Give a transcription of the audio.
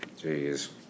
Jeez